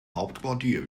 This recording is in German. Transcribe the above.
hauptquartier